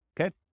Okay